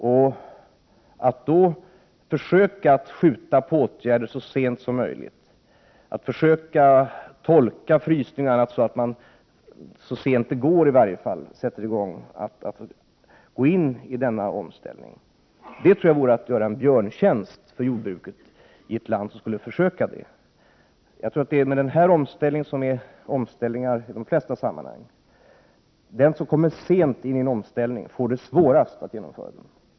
Ett land som försöker skjuta upp åtgärder så mycket som möjligt, som försöker tolka frysningen m.m. så att man så sent som möjligt skall sätta i gång med att gå in i denna omställning, gör jordbruket en björntjänst. Det är med denna omställning som med omställningar i de flesta sammanhang: den som kommer sent in i en omställning får svårast att genomföra den.